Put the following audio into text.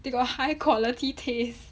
they got high quality taste